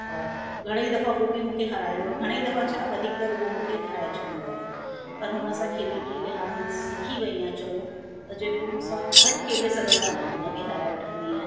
और घणेईं दफ़ा हू बि मूंखे हराईंदो आहे घणेईं दफ़ा छा वधीकतर उहो मूंखे हराए छॾंदो आहे पर हुन सां खेले खेले हाणे मां सिखी वई आहे चङो त जेको मूं सां घटि खेले सघंदा मां हुन खे हराए वठंदी आहियां